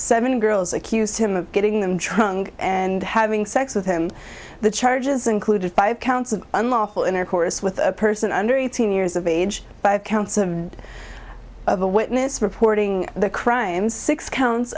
seven girls accused him of getting them trunk and having sex with him the charges included five counts of unlawful intercourse with a person under eighteen years of age five counts of of a witness reporting the crime six counts